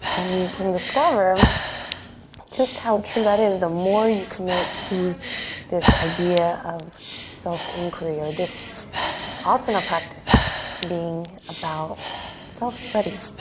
and you can discover just how true that is the more you commit to this idea of self inquiry or this ah asana practice being about self study.